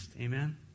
Amen